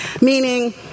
meaning